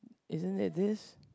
isn't it this